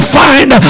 find